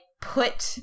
put